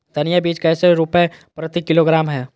धनिया बीज कैसे रुपए प्रति किलोग्राम है?